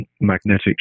magnetic